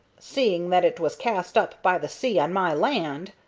seeing that it was cast up by the sea on my land.